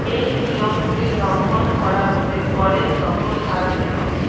এই নিয়মগুলি লঙ্ঘন করা হলে বলের দখল হারাতে হবে